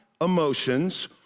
emotions